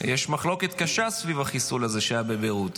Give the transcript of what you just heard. יש מחלוקת קשה סביב החיסול הזה שהיה בבירות,